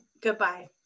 goodbye